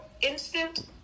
instant